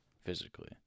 physically